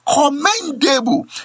commendable